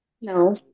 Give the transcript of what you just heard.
No